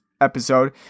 episode